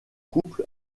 couple